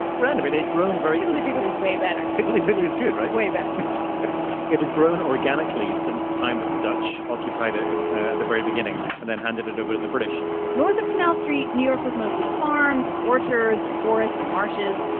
random. it had grown very. higgledy-piggledy's way better higgledy-piggledy is good, right? way better it had grown organically since the time that the dutch occupied it at the very beginning and then handed it over to the british north of canal street, new york was mostly farms and orchards and forests and marshes,